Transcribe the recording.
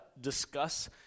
discuss